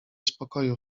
spokoju